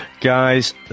Guys